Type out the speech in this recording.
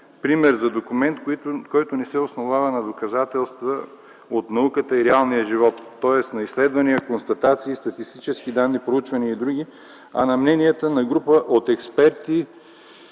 пример за документ, който не се основава на доказателства от науката и реалния живот, тоест на изследвания, констатации, статистически данни, проучвания и други, а на мненията на група от експерти